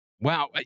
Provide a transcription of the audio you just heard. Wow